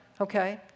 Okay